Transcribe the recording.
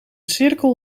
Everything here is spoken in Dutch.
cirkel